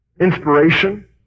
inspiration